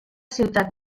ciutat